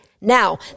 Now